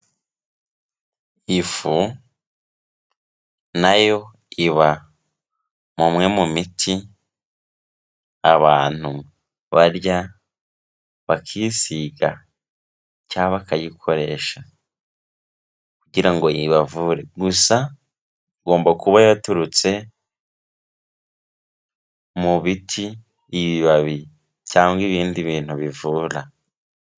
Ifu nayo iba umwe mu miti abantu barya, bakisiga cyangwa bakayikoresha kugira ngo ibavure, gusa igomba kuba yaturutse mu biti, ibibabi cyangwa ibindi bintu bivura.